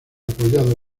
apoyado